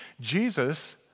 Jesus